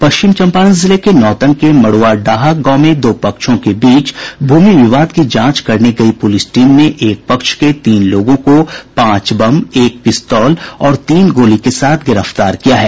पश्चिम चंपारण जिले के नौतन के मड्रआहा गांव में दो पक्षों के बीच भूमि विवाद की जांच करने की गयी पुलिस टीम ने एक पक्ष के तीन लोगों को पांच बम एक पिस्तौल और तीन गोली के साथ गिरफ्तार किया है